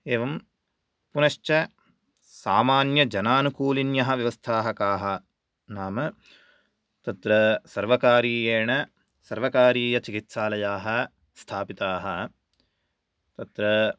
एवं पुनश्च सामान्यजनानुकूलिन्य व्यवस्था का नाम तत्र सर्वकारीयेण सर्वकारीयचिकित्सालया स्थापिता तत्र